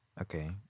Okay